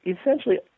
essentially